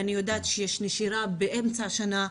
אני יודעת שיש נשירה באמצע השנה,